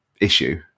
issue